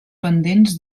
pendents